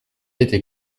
été